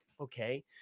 Okay